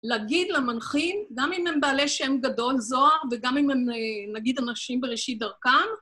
להגיד למנחים, גם אם הם בעלי שם גדול זוהר וגם אם הם, נגיד, אנשים בראשית דרכם,